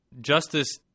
justice